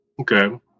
okay